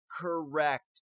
Correct